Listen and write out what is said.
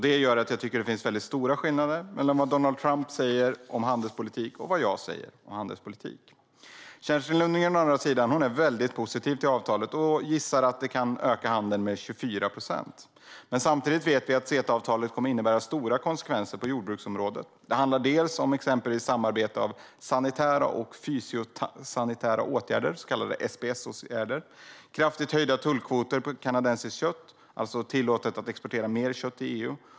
Det gör att det finns väldigt stora skillnader mellan vad Donald Trump säger om handelspolitik och vad jag säger om det. Kerstin Lundgren å andra sidan är väldigt positiv till avtalet och gissar att det kan öka handeln med 24 procent. Samtidigt vet vi att CETA-avtalet kommer att innebära stora konsekvenser på jordbruksområdet. Det handlar om samarbete om sanitära och fysiosanitära åtgärder, så kallade SPS-åtgärder. Det handlar också om kraftigt höjda tullkvoter på kanadensiskt kött, alltså tillåtelse att exportera mer kött till EU.